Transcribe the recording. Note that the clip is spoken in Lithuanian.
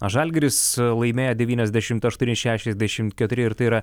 žalgiris laimėjo devyniasdešimt aštuoni šešiasdešimt keturi ir tai yra